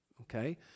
Okay